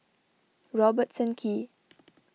Robertson Quay